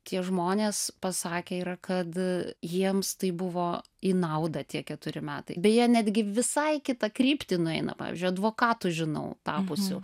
tie žmonės pasakę yra kad jiems tai buvo į naudą tie keturi metai beje netgi visai kitą kryptį nueina pavyzdžiui advokatų žinau tapusių